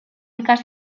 ikas